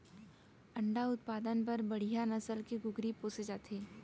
अंडा उत्पादन बर बड़िहा नसल के कुकरी पोसे जाथे